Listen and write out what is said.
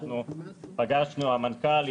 אנחנו פגשנו צוות המנכ"לים,